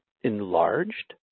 enlarged